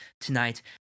tonight